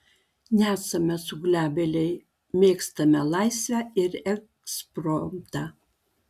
nesame suglebėliai mėgstame laisvę ir ekspromtą